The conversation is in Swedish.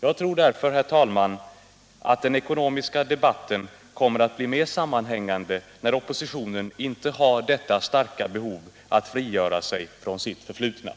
Jag tror därför, herr talman, att den ekonomiska debatten kommer att bli mer sammanhängande när oppositionen inte har detta starka behov att frigöra sig från sitt förflutna.